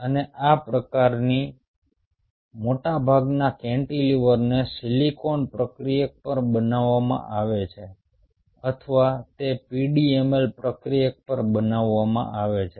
અને આ પ્રકારના મોટાભાગના કેન્ટિલિવર્સને સિલિકોન પ્રક્રિયક પર બનાવવામાં આવે છે અથવા તે pdml પ્રક્રિયક પર બનાવવામાં આવે છે